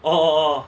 oh oh oh